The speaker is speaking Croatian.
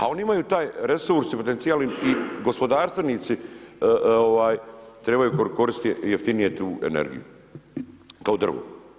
A oni imaju taj resurs i potencijal i gospodarstvenici trebaju koristiti jeftinije tu energiju kao drvo.